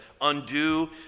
undo